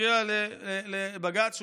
הפריע לבג"ץ.